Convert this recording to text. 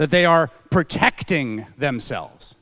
that they are protecting themselves